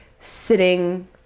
sitting